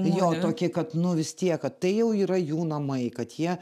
jo tokį kad nu vis tiek kad tai jau yra jų namai kad jie